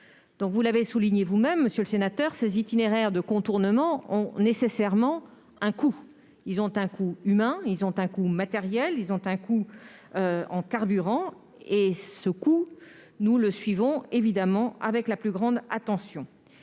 Vous l'avez souligné vous-même, monsieur le sénateur, ces itinéraires de contournement ont nécessairement un coût. Ils ont un coût humain, ils ont un coût matériel, ils ont un coût en carburant. Ce coût, nous le suivons évidemment avec la plus grande attention.